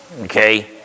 Okay